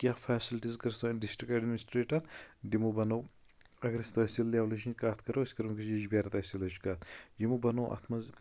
کیٚنٛہہ فیسلٹیٖز کٔر سٲنۍ ڈِسٹرکٹ ایڈمِنسٹریٹن تِمو بَنوو اَگر أسۍ تحصیٖل لیولہِ ہنٛز کَتھ کَرو أسۍ کَرو یجبیارِ تحصیٖلٕچ کَتھ یِمو بَنو اَتھ منٛز